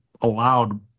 allowed